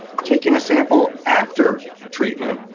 taking a sample after treatment,